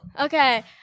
Okay